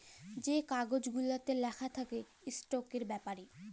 যে কাগজ গুলাতে লিখা থ্যাকে ইস্টকের ব্যাপারে